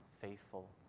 faithful